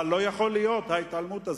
אבל זה לא יכול להיות, ההתעלמות הזאת.